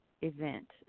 event